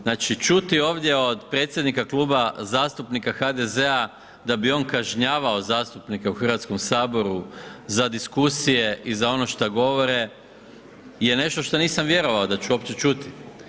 Znači čuti ovdje od predsjednika Kluba zastupnika HDZ-a da bi on kažnjavao zastupnike u Hrvatskom saboru za diskusije i za ono šta govore je nešto šta nisam vjerovao da ću uopće čuti.